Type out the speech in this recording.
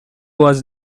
was